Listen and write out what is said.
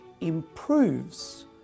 improves